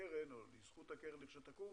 לזכות הקרן שתקום,